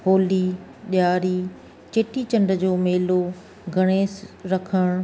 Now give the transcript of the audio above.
होली ॾियारी चेटीचंड जो मेलो गणेश रखणु